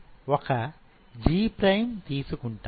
ఒక G prime తీసుకుంటాను